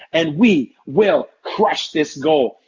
and we will crush this goal.